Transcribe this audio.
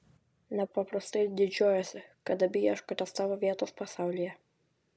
nepaprastai didžiuojuosi kad abi ieškote savo vietos pasaulyje